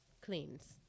cleans